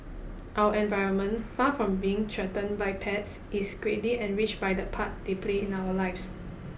our environment far from being threatened by pets is greatly enriched by the part they play in our lives